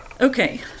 Okay